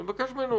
ואני מבקש ממנו,